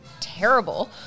terrible